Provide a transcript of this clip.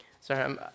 Sorry